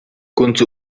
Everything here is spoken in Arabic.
كنت